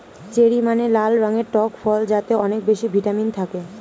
cherry মানে লাল রঙের টক ফল যাতে অনেক বেশি ভিটামিন থাকে